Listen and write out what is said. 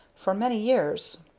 for many years.